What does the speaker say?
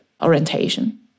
orientation